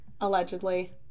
Allegedly